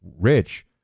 rich